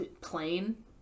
plain